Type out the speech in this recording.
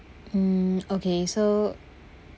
mm okay so